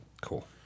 Cool